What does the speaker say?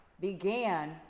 began